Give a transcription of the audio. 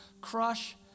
crush